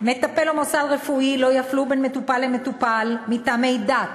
"מטפל או מוסד רפואי לא יפלו בין מטופל למטופל מטעמי דת,